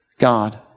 God